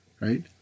right